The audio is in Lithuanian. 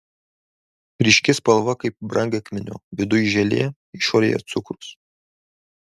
ryški spalva kaip brangakmenio viduj želė išorėje cukrus